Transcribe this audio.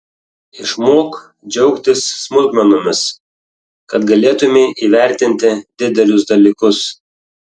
išmok džiaugtis smulkmenomis kad galėtumei įvertinti didelius dalykus